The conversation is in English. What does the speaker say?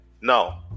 no